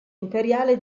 imperiale